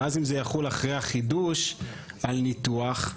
ואז אם זה יחול אחרי החידוש עיל ניתוח,